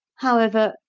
however,